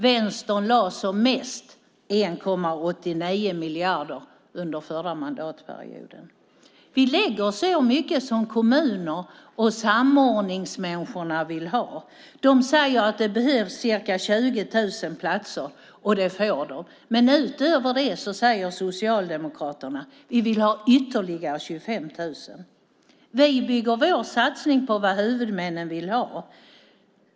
Vänstern lade som mest 1,89 miljarder under den förra mandatperioden. Vi lägger så mycket som kommunerna och samordningsmänniskorna vill ha. De säger att det behövs ca 20 000 platser, och det får de. Men Socialdemokraterna säger att de vill ha ytterligare 25 000 platser utöver det. Vi bygger vår satsning på vad huvudmännen vill ha.